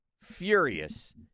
furious